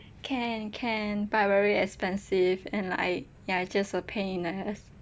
can can but very expensive and like ya it's just a pain in the ass